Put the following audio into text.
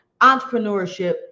entrepreneurship